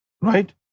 Right